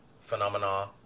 phenomena